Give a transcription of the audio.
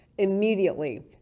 Immediately